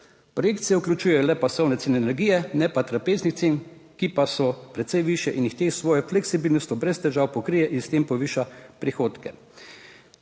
Projekt se vključujejo le pasovne cene energije, ne pa trapeznih cen, ki pa so precej višje in jih te s svojo fleksibilnostjo brez težav pokrije in s tem poviša prihodke.